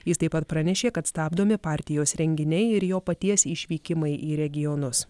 jis taip pat pranešė kad stabdomi partijos renginiai ir jo paties išvykimai į regionus